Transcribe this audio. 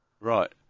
Right